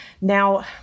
Now